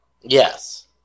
Yes